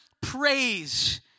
praise